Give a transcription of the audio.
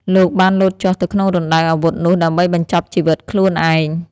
លោកបានលោតចុះទៅក្នុងរណ្ដៅអាវុធនោះដើម្បីបញ្ចប់ជីវិតខ្លួនឯង។